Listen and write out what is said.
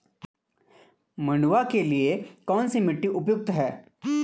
मंडुवा के लिए कौन सी मिट्टी उपयुक्त है?